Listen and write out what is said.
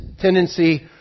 tendency